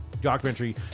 documentary